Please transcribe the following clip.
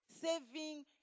Saving